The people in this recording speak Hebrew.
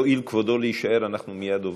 יואיל כבודו להישאר, אנחנו מייד עוברים,